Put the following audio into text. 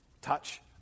touch